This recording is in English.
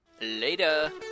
Later